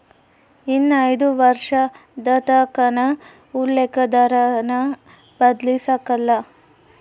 ಇನ್ನ ಐದು ವರ್ಷದತಕನ ಉಲ್ಲೇಕ ದರಾನ ಬದ್ಲಾಯ್ಸಕಲ್ಲ